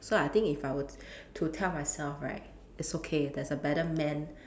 so I think if I were to to tell myself right it's okay there's a better man